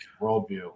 worldview